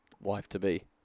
wife-to-be